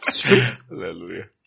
Hallelujah